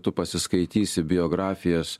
tu pasiskaitysi biografijas